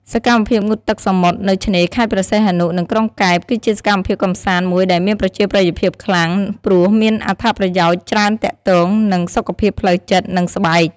សកម្មភាពងូតទឹកសមុទ្រ នៅឆ្នេរខេត្តព្រះសីហនុ និងក្រុងកែប គឺជាសកម្មភាពកម្សាន្តមួយដែលមានប្រជាប្រិយភាពខ្លាំង ព្រោះមានអត្ថប្រយោជន៍ច្រើនទាក់ទង នឹងសុខភាពផ្លូវចិត្ត និងស្បែក។